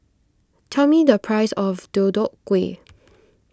tell me the price of Deodeok Gui